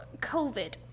COVID